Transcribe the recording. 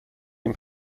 این